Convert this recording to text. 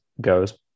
goes